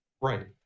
Right